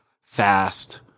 fast